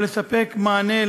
או יכולת לספק מענה,